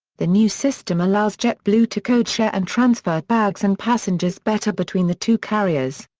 the new system allows jetblue to codeshare and transfer bags and passengers better between the two carriers.